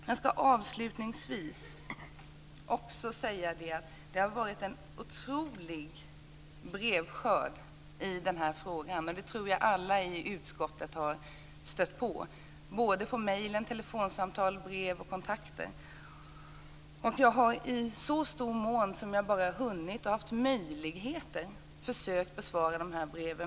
Jag ska avslutningsvis säga att det har varit en otrolig brevskörd i den här frågan. Det tror jag att alla i utskottet har stött på. Det har kommit mejl, telefonsamtal, brev och andra kontakter. I den mån jag har hunnit och haft möjligheter har jag försökt att besvara de här breven.